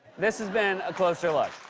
this has been a closer look.